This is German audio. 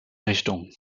richtung